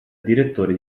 direttore